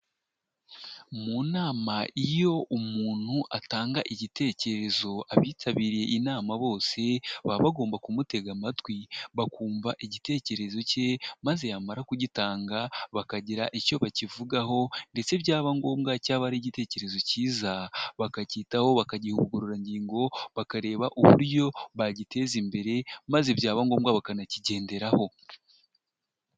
Mu nama iyo umuntu atanga igitekerezo abitabiriye inama bose baba bagomba kumutega amatwi bakumva igitekerezo cye maze yamara kugitanga bakagira icyo bakivugaho ndetse byaba ngombwa cyaba ari igitekerezo cyiza bakacyitaho bakaha ubugororangingo bakareba uburyo bagiteza imbere maze byaba ngombwa bakanakigenderaho.